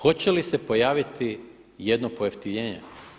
Hoće li se pojaviti jedno pojeftinjenje?